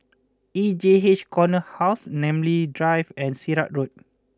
E J H Corner House Namly Drive and Sirat Road